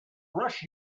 rush